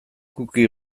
cookie